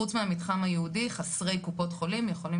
חוץ מהמתחם הייעודי חסרי קופות חולים יכולים